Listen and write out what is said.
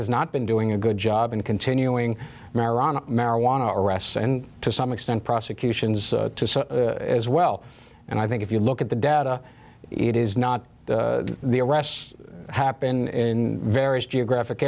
has not been doing a good job in continuing meron marijuana arrests and to some extent prosecutions as well and i think if you look at the data it is not the arrests happen in various geographic